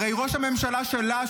הרי ראש הממשלה שלה,